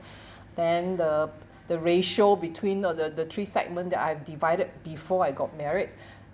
then the the ratio between uh the the three segment that I've divided before I got married